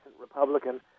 Republican